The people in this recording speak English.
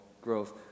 growth